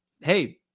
hey